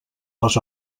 les